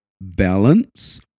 balance